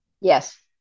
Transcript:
Yes